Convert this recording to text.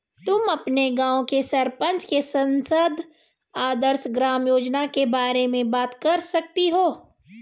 तुम अपने गाँव के सरपंच से सांसद आदर्श ग्राम योजना के बारे में बात कर सकती हो